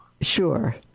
Sure